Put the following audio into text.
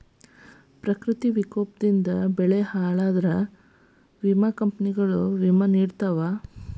ಪ್ರಕೃತಿ ವಿಕೋಪದಿಂದ ಬೆಳೆ ಹಾಳಾದ್ರ ವಿಮಾ ಕಂಪ್ನಿಗಳು ವಿಮಾ ನಿಡತಾವ